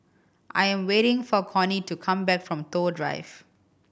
I am waiting for Connie to come back from Toh Drive